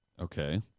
Okay